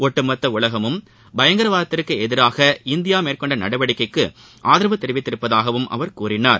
ஒட்டுமொத்த உலகமும் பயங்கரவாதத்திற்கு எதிராக இந்திய மேற்கொண்ட நடவடிக்கைக்கு ஆதரவு தெரிவித்துள்ளதாகவும் அவர் கூறினார்